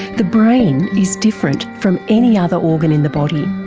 the brain is different from any other organ in the body.